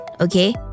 okay